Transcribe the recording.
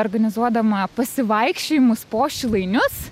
organizuodama pasivaikščiojimus po šilainius